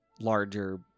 larger